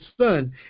Son